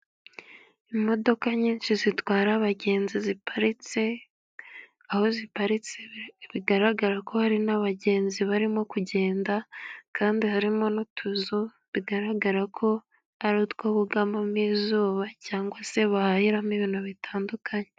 Imodoka nyinshi zitwara abagenzi ziparitse, aho ziparitse bigaragara ko hari n'abagenzi barimo kugenda, kandi harimo n'utuzu, bigaragara ko ari utwo bugamamo izuba, cyangwa se bahahiramo ibintu bitandukanye.